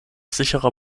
sicherer